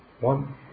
One